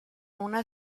una